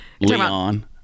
Leon